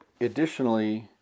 Additionally